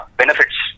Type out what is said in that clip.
benefits